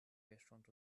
restaurant